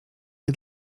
wie